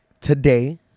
today